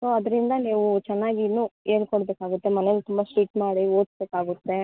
so ಅದರಿಂದ ನೀವು ಚೆನ್ನಾಗಿ ಇನ್ನೂ ಹೇಳ್ಕೊಡ್ಬೇಕಾಗುತ್ತೆ ಮನೇಲಿ ತುಂಬಾ ಸ್ಟ್ರಿಕ್ ಮಾಡಿ ಓದಿಸ್ಬೇಕಾಗುತ್ತೆ